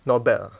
not bad lah